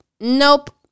nope